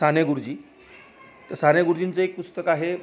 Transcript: साने गुरुजी तर साने गुरुजींचं एक पुस्तक आहे